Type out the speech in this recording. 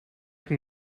can